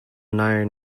known